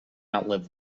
outlive